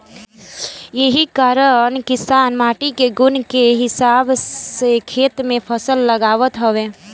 एही कारण किसान माटी के गुण के हिसाब से खेत में फसल लगावत हवे